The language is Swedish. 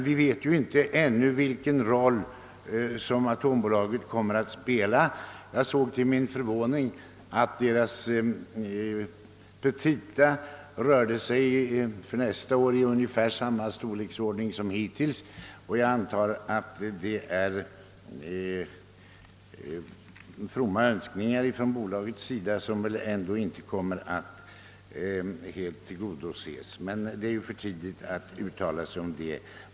Vi vet ännu inte vilken roll atombo laget kommer att spela; jag såg till min förvåning att dess petita för nästa år rörde sig om belopp av ungefär samma storleksordning som hittills. Jag antar att det är fromma önskningar från bolagets sida som inte kommer att infrias. Det är emellertid för tidigt att nu uttala sig om det.